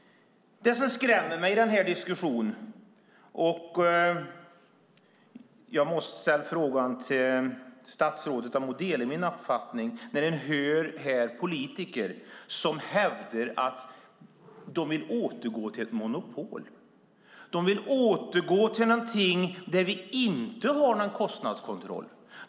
Det som skrämmer mig i den här diskussionen, och jag måste ställa frågan till statsrådet om hon delar min uppfattning, är när man hör politiker hävda att de vill återgå till ett monopol. De vill återgå till någonting som saknar kostnadskontroll.